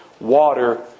water